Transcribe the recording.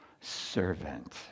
Servant